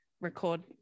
record